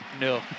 No